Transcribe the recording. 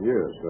Yes